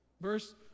Verse